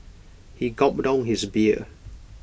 he gulped down his beer